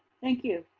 thank you.